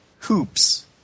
Hoops